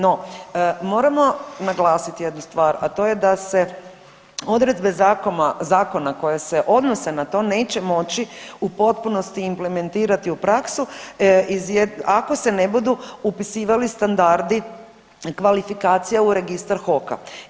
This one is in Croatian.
No, moramo naglasiti jednu stvar, a to je da se odredbe zakona koje se odnose na to neće moći u potpunosti implementirati u praksu ako se ne budu upisivali standardi kvalifikacija u registar HOK-a.